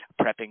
prepping